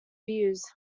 views